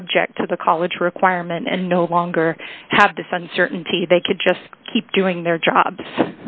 subject to the college requirement and no longer have the sun certainty they could just keep doing their job